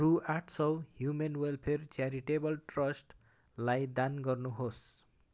रु आठ सौ ह्युमन वेलफेयर च्यारिटेबल ट्रस्टलाई दान गर्नुहोस्